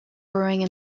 growing